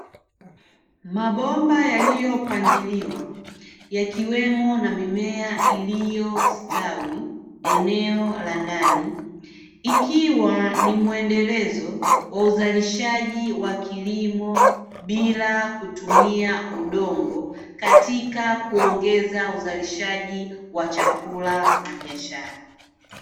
Mabomba yaliyopangiliwa, yakiwemo na mimea iliyostawi eneo la ndani, ikiwa ni mwendelezo wa uzalishaji wa vilimo bila kutumia udongo, katika kuongeza uzalishaji wa chakula na biashara.